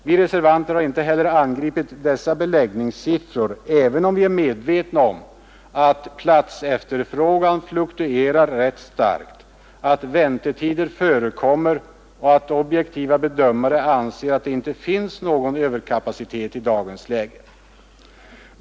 Vi reservanter har inte heller angripit dessa beläggningssiffror, även om vi är medvetna om att platsefterfrågan fluktuerar rätt starkt, att väntetider förekommer och att objektiva bedömare anser att det inte finns någon överkapacitet i dagens läge.